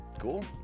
Cool